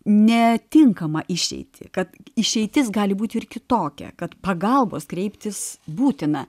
netinkamą išeitį kad išeitis gali būti ir kitokia kad pagalbos kreiptis būtina